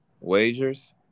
wagers